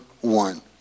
one